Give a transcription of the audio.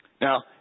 Now